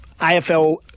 AFL